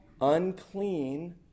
unclean